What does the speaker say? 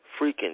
freaking